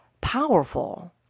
powerful